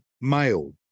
male